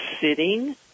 sitting